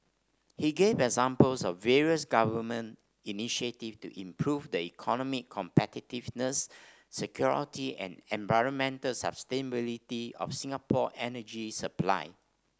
he gave examples of various government initiatives to improve the economic competitiveness security and environmental sustainability of Singapore energy supply